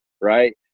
Right